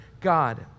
God